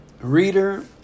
reader